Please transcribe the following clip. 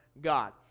God